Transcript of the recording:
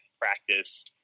practice